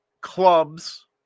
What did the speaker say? clubs